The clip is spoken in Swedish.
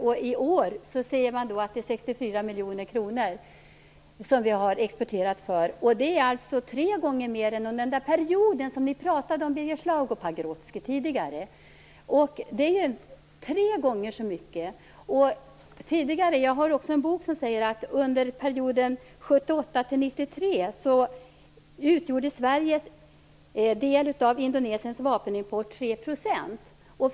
Man säger att vi har exporterat för 64 miljoner kronor 1996. Det är alltså tre gånger mer än under den period som Birger Schlaug och Pagrotsky talade om tidigare. Det är tre gånger så mycket! I en bok jag har står det att Sveriges del av Indonesiens vapenimport utgjorde 3 % under perioden 1978 till 1993.